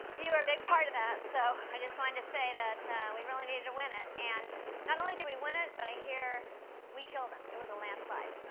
you were a big part of that, so i just wanted to say that we really needed to win it, and not only did we win it, but i hear we killed them. it was a landslide.